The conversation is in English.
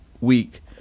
week